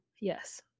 Yes